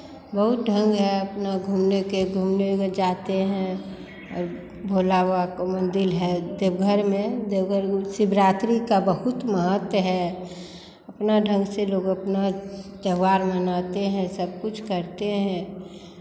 बहुत ढंग है अपना घूमने के घूमने के जाते हैं और भोला बाबा काे मंदिर है देवघर में देवघर में वो शिवरात्रि का बहुत महत्व है अपना ढंग से लोग अपना त्योहार मनाते हैं सब कुछ करते हैं